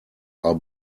are